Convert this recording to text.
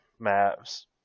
Mavs